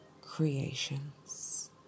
creations